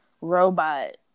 robot